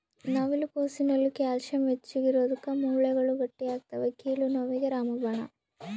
ನವಿಲು ಕೋಸಿನಲ್ಲಿ ಕ್ಯಾಲ್ಸಿಯಂ ಹೆಚ್ಚಿಗಿರೋದುಕ್ಕ ಮೂಳೆಗಳು ಗಟ್ಟಿಯಾಗ್ತವೆ ಕೀಲು ನೋವಿಗೆ ರಾಮಬಾಣ